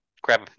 Grab